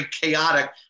chaotic